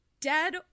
dead